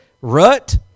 rut